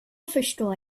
förstår